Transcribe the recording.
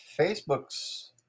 Facebook's